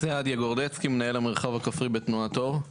סעדיה גורדצקי, מנהל המרחב הכפרי בתנועת אור.